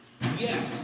Yes